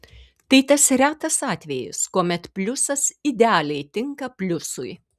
tai tas retas atvejis kuomet pliusas idealiai tinka pliusui